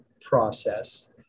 process